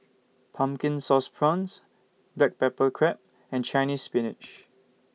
Pumpkin Sauce Prawns Black Pepper Crab and Chinese Spinach